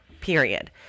period